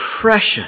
precious